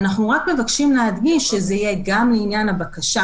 אנחנו רק מבקשים להדגיש שזה יהיה גם לעניין הבקשה,